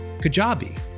Kajabi